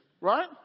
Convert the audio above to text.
right